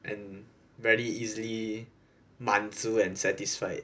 and very easily 满足 and satisfied